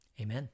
amen